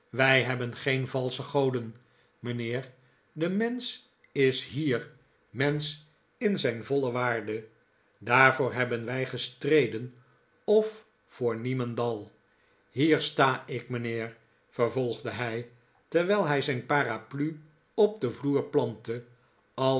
wij hebben geen valin het national hotel sche goden mijnheer de mensch is hier mensch in zijn voile waarde daarvoor hebben wij gestreden of voor niemendal hier sta ik mijnheer vervolgde hi terwijl hij zijn paraplu op den vloer plantte